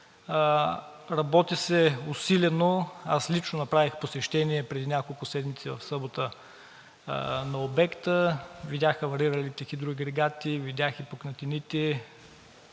Работи се усилено. Аз лично направих посещение преди няколко седмици, в събота, на обекта. Видях авариралите хидроагрегати, видях и пукнатините.